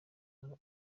ngo